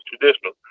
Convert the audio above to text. traditional